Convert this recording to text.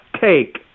take